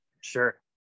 Sure